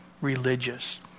religious